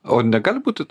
o negali būti